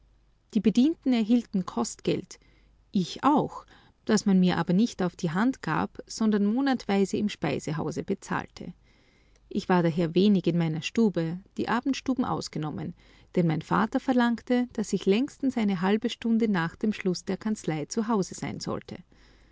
die bedienten erhielten kostgeld ich auch das man mir aber nicht auf die hand gab sondern monatweise im speisehause bezahlte ich war daher wenig in meiner stube die abendstunden ausgenommen denn mein vater verlangte daß ich längstens eine halbe stunde nach dem schluß der kanzlei zu hause sein sollte